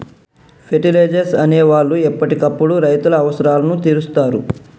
fertilisers అనే వాళ్ళు ఎప్పటికప్పుడు రైతుల అవసరాలను తీరుస్తారు